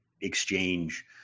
exchange